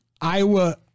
Iowa